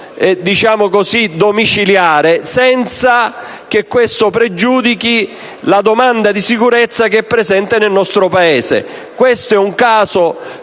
detenzione domiciliare, senza che questo pregiudichi la domanda di sicurezza che è presente nel nostro Paese. Questo è un caso